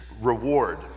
reward